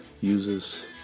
uses